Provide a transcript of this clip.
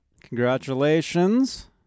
Congratulations